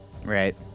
Right